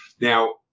Now